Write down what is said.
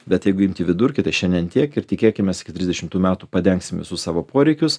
bet jeigu imti vidurkį tai šiandien tiek ir tikėkimės iki trisdešimtų metų padengsim visus savo poreikius